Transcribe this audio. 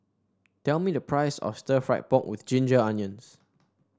tell me the price of stir fry pork with Ginger Onions